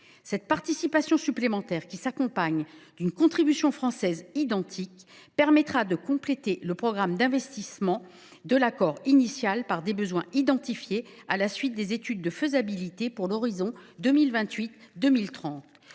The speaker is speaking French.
Cette participation supplémentaire, qui s’accompagne d’une contribution française identique, permettra de compléter le programme d’investissements de l’accord initial par le financement de besoins identifiés à la suite des études de faisabilité pour l’horizon 2028 2030.